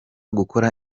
gukora